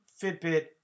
Fitbit